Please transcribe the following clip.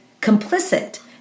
complicit